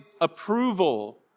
approval